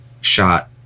shot